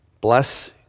bless